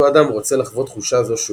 אותו אדם רוצה לחוות תחושה זו שוב,